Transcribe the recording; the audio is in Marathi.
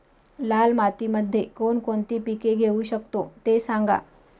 लाल मातीमध्ये कोणकोणती पिके घेऊ शकतो, ते सांगा